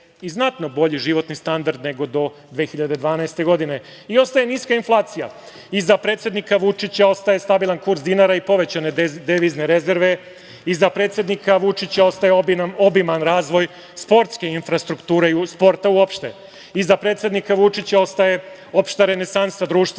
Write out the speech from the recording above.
i znatno bolji životni standard nego do 2012. godine i ostaje niska inflacija. Iza predsednika Vučića ostaje stabilan kurs dinara i povećane devizne rezerve. Iza predsednika Vučića ostaje obiman razvoj sportske infrastrukture i sporta uopšte. Iza predsednika Vučića ostaje opšta renesansa društva,